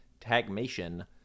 Tagmation